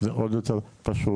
זה עוד יותר פשוט,